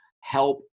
help